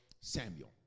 Samuel